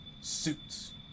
suits